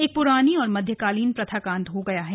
एक पुरानी और मध्यकालीन प्रथा का अंत हो गया है